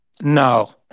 No